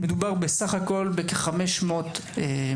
מדובר בסך הכול בכ-500 מורים.